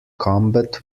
combat